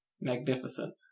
Magnificent